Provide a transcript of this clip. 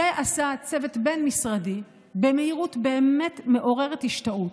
שעשה צוות בין-משרדי במהירות באמת מעוררת השתאות,